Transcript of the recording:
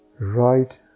right